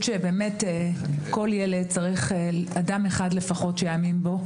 שכל ילד צריך אדם אחד לפחות שיאמין בו.